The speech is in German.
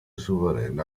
souverän